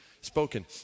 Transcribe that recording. spoken